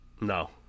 No